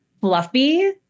fluffy